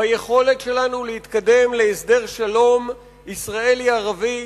ביכולת שלנו להתקדם להסדר שלום ישראלי ערבי,